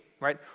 Right